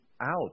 out